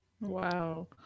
Wow